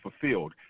fulfilled